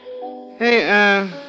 Hey